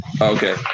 Okay